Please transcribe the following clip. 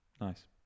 Nice